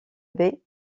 baie